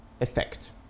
effect